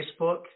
Facebook